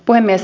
puhemies